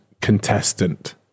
contestant